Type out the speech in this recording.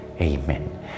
Amen